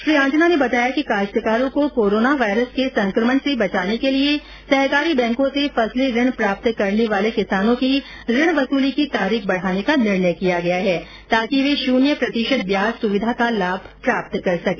श्री आंजना ने बताया कि काश्तकारों को कोरोना वायरस के संक्रमण से बचाने के लिए सहकारी बैंकों से फसली ऋण प्राप्त करने वाले किसानों की ऋण वसूली की तारीख बढ़ाने का निर्णय किया गया है ताकि वे शुन्य प्रतिशत ब्याज सुविधा का लाभ प्राप्त कर सके